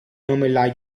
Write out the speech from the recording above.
nome